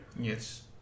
yes